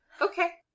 okay